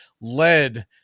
led